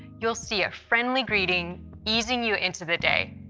you'll see a friendly greeting easing you into the day.